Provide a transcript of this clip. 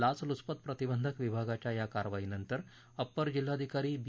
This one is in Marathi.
लाच लुचपत प्रतिबंधक विभागाच्या या कारवाई नंतर अप्पर जिल्हाधिकारी बी